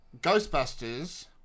Ghostbusters